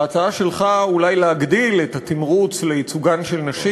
ההצעה שלך אולי להגדיל את התמרוץ לייצוגן של נשים,